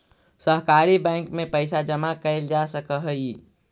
सहकारी बैंक में पइसा जमा कैल जा सकऽ हइ